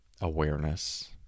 awareness